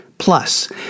Plus